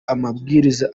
amabwiriza